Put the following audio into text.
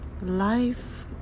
life